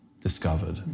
discovered